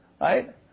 right